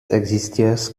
existiert